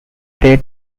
they